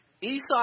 esau